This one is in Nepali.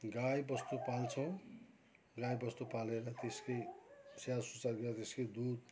गाई बस्तु पाल्छौँ गाई बस्तु पालेर त्यसकै स्याहर सुसार गरेर त्यसकै दुध